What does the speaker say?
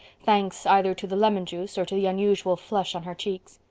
thanks either to the lemon juice or to the unusual flush on her cheeks.